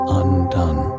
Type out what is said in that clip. undone